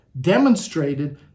demonstrated